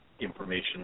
information